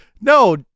No